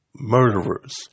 murderers